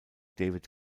david